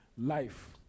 Life